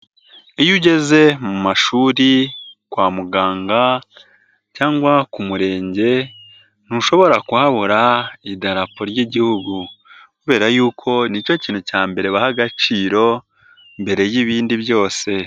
Iyo ugeze mu mashuri, kwa muganga cyangwa ku murenge ntushobora kuhabura Idarapo ry'Igihugu kubera yuko ni cyo kintu cya mbere baha agaciro mbere y'ibindi byose.